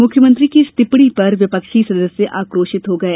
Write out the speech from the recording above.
मुख्यमंत्री की इस टिप्पणी पर विपक्षी सदस्य आक्रोशित हो गए